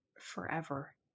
forever